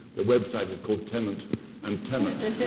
their website is called tennant and tennant.